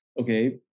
Okay